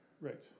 Right